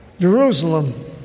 Jerusalem